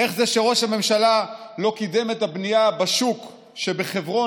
איך זה שראש הממשלה לא קידם את הבנייה בשוק שבחברון,